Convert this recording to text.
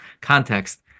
context